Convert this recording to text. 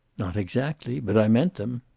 not exactly. but i meant them.